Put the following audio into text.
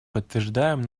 подтверждаем